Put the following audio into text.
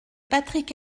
patrick